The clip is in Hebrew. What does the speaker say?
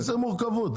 איזה מורכבות?